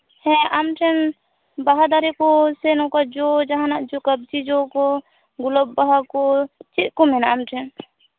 ᱦᱮᱸ ᱟᱢ ᱴᱷᱮᱱ ᱵᱟᱦᱟ ᱫᱟᱨᱮ ᱠᱚ ᱥᱮ ᱱᱚᱝᱠᱟ ᱡᱚ ᱡᱟᱦᱟᱱᱟᱜ ᱡᱚ ᱠᱟᱵᱡᱤ ᱠᱚ ᱜᱩᱞᱟᱹᱵ ᱵᱟᱦᱟ ᱠᱚ ᱪᱮᱫ ᱠᱚ ᱢᱮᱱᱟᱜᱼᱟ ᱟᱢ ᱴᱷᱮᱱ